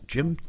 Jim